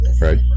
Right